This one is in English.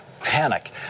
panic